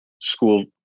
school